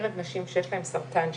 בדיקות חוזרות שעושה משרד הבריאות,